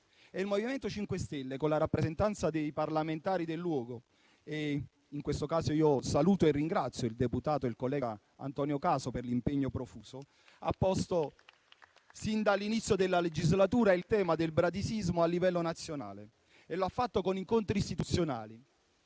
Il MoVimento 5 Stelle, con la rappresentanza dei parlamentari del luogo, tra i quali saluto e ringrazio l'onorevole Antonio Caso, per l'impegno profuso, ha posto sin dall'inizio della legislatura il tema del bradisismo a livello nazionale. Lo ha fatto con incontri istituzionali,